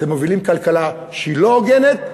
אתם מובילים כלכלה שהיא לא הוגנת,